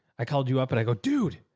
i called you up. and i go, dude,